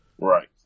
right